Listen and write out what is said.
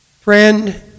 Friend